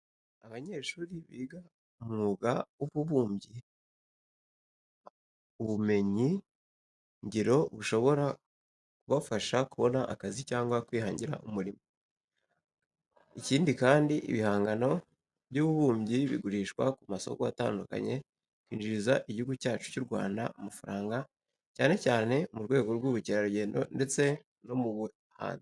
Abanyeshuri biga umwuga w'ububumbyi bunguka ubumenyingiro bushobora kubafasha kubona akazi cyangwa kwihangira umurimo. Ikindi kandi ibihangano by'ububumbyi bigurishwa ku masoko atandukanye bikinjiriza Igihugu cyacu cy'u Rwanda amafaranga cyane cyane, mu rwego rw'ubukerarugendo ndetse no mu buhanzi.